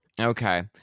Okay